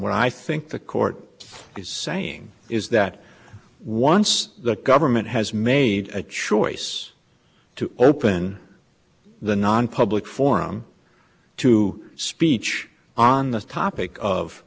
e i think the court is saying is that once the government has made a choice to open the nonpublic forum to speech on the topic of